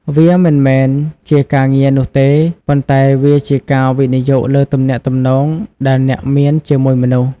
វាមិនមែនជាការងារនោះទេ ប៉ុន្តែវាជាការវិនិយោគលើទំនាក់ទំនងដែលអ្នកមានជាមួយមនុស្ស។